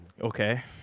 Okay